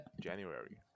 january